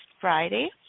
friday